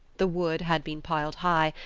the wood had been piled high,